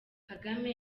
kagame